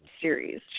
series